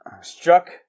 struck